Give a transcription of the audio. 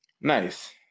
Nice